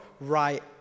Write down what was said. right